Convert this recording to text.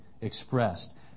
expressed